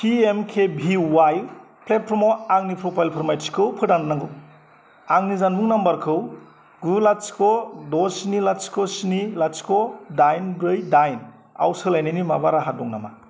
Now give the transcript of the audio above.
P M B Y प्लेटफर्माव आंनि प्रपाइलफोर माइथिखौ फोदान नांगौ आंनि जानबुं नाम्बारखौ गु लाथिख' द' स्नि लाथिख' स्नि लाथिख' दाइन ब्रै दाइन आव सोलायनायनि माबा राहा दं नामा